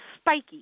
spiky